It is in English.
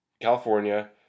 California